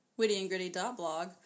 wittyandgritty.blog